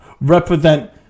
represent